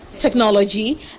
technology